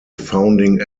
founding